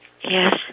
Yes